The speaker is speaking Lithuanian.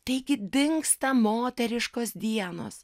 taigi dingsta moteriškos dienos